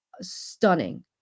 stunning